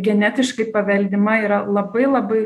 genetiškai paveldima yra labai labai